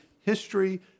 history